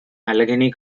allegheny